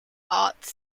arts